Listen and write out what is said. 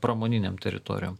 pramoninėm teritorijom